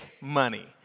money